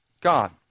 God